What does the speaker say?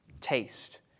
taste